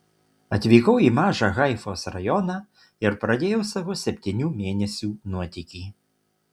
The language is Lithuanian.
atvykau į mažą haifos rajoną ir pradėjau savo septynių mėnesių nuotykį